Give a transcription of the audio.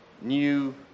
new